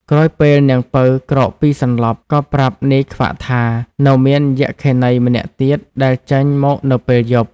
ក្រោយពេលនាងពៅក្រោកពីសន្លប់ ក៏ប្រាប់នាយខ្វាក់ថា នៅមានយក្ខិនីម្នាក់ទៀតដែលចេញមកនៅពេលយប់។